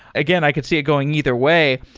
again, i could see it going either way.